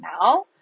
now